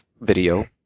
video